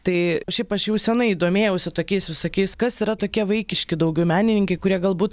tai šiaip aš jau senai domėjausi tokiais visokiais kas yra tokie vaikiški daugiau menininkai kurie galbūt